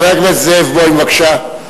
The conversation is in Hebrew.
חבר הכנסת זאב בוים, בבקשה.